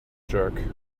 jerk